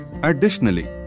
Additionally